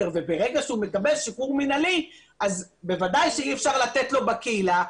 וברגע שהוא מקבל שחרור מנהלי אז בוודאי שאי אפשר לתת לו בקהילה,